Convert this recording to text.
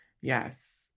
Yes